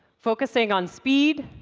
focusing on speed,